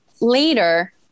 later